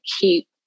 keep